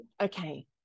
okay